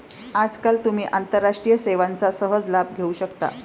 आजकाल तुम्ही आंतरराष्ट्रीय सेवांचा सहज लाभ घेऊ शकता